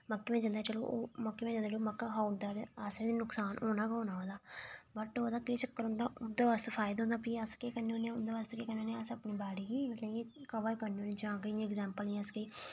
मक्कें बिच जंदा चलो ओह् मक्कां खाई ओड़दा असेंगी नुक्सान होना गै होना ओह्दा बट् ओह् उंदे आस्तै फायदा होंदा ते प्ही अस केह् करने होने की अस अपनी बाड़ी गी कवर करने होने जां प्ही इंया एग्जैम्पल इंया इसी